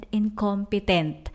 incompetent